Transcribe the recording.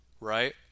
right